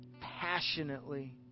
passionately